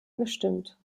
gestimmt